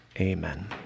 Amen